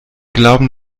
glauben